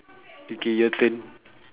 okay your turn